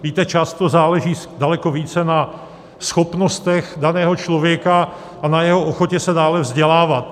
Víte, často záleží daleko více na schopnostech daného člověka a na jeho ochotě se dále vzdělávat.